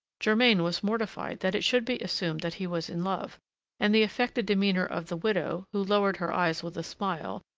germain was mortified that it should be assumed that he was in love and the affected demeanor of the widow, who lowered her eyes with a smile,